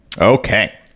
Okay